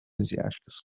asiáticas